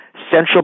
central